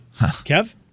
Kev